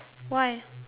why